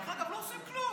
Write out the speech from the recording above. דרך אגב, לא עושים כלום.